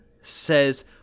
says